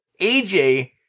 AJ